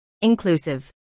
inclusive